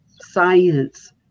science